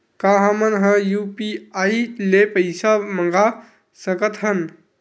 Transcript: का हमन ह यू.पी.आई ले पईसा मंगा सकत हन?